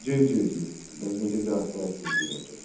جی جی جی دس بجے کے آس پاس لی تھی ڈاکٹر صاحب